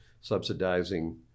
subsidizing